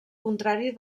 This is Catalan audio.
contrari